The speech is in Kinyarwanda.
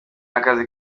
akazi